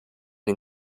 den